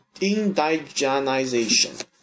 indigenization